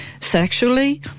sexually